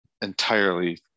entirely